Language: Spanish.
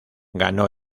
ganó